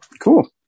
cool